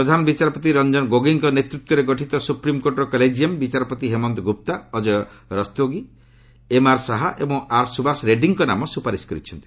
ପ୍ରଧାନ ବିଚାରପତି ରଞ୍ଜନ ଗୋଗୋଇଙ୍କ ନେତୃତ୍ୱରେ ଗଠିତ ସୁପ୍ରିମ୍କୋର୍ଟର କଲେଜିୟମ୍ ବିଚାରପତି ହେମନ୍ତ ଗୁପ୍ତା ଅଜୟ ରସ୍ତୋଗି ଏମ୍ଆର୍ ଶାହା ଏବଂ ଆର୍ ସୁବାସ ରେଡ୍ରୀଙ୍କ ନାମ ସୁପାରିସ କରିଛନ୍ତି